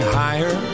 higher